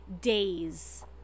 days